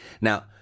Now